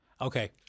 Okay